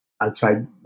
outside